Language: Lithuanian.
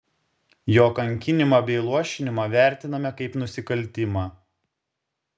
jo kankinimą bei luošinimą vertiname kaip nusikaltimą